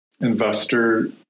investor